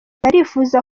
barifuza